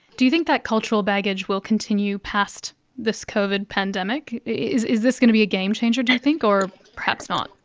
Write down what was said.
do you think that cultural baggage will continue past this covid pandemic? is is this going to be a game changer do you think or perhaps not?